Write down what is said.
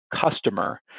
customer